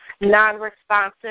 Non-responsive